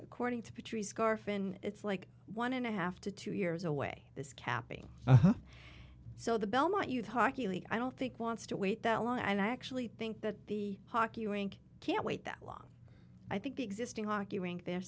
according to patrice scarf and it's like one and a half to two years away this capping so the belmont youth hockey league i don't think wants to wait that long and i actually think that the hockey rink can't wait that long i think the existing hockey rink they're